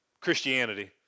Christianity